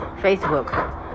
Facebook